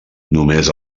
només